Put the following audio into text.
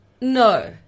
No